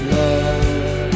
love